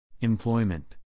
Employment